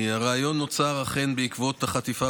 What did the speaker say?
הרעיון אכן נוצר אכן בעקבות החטיפה